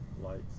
lights